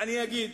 אני אגיד.